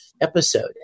episode